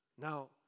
Now